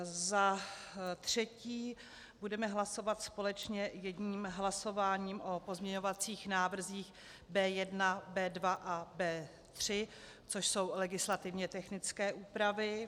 Za třetí budeme hlasovat společně jedním hlasováním o pozměňovacích návrzích B1, B2 a B3, což jsou legislativně technické úpravy.